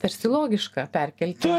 tarsi logiška perkelti